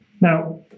Now